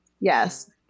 yes